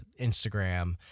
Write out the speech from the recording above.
Instagram